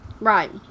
Right